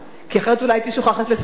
כי אחרת אולי הייתי שוכחת לספר,